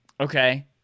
Okay